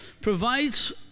provides